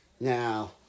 now